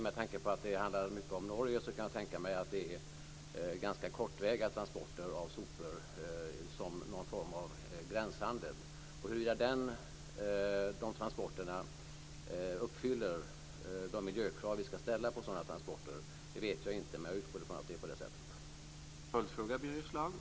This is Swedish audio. Med tanke på att det till stor del handlar om Norge kan jag tänka mig att det rör sig om ganska kortväga transporter av sopor, dvs. någon form av gränshandel. Huruvida de transporterna uppfyller de miljökrav vi ska ställa på sådana transporter vet jag inte - men jag utgår från att det är på det sättet.